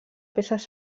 peces